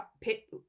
pit